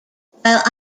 while